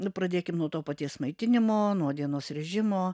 nu pradėkim nuo to paties maitinimo nuo dienos režimo